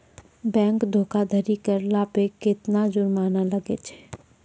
Bank धोखाधड़ी करला पे केतना जुरमाना लागै छै?